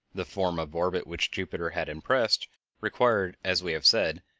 the form of orbit which jupiter had impressed required, as we have said,